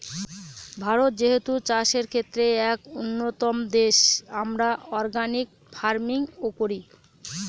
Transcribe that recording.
ভারত যেহেতু চাষের ক্ষেত্রে এক উন্নতম দেশ, আমরা অর্গানিক ফার্মিং ও করি